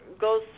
goes